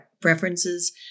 preferences